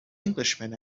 englishman